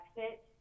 exit